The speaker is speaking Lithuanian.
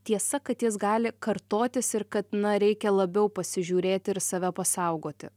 tiesa kad jis gali kartotis ir kad na reikia labiau pasižiūrėti ir save pasaugoti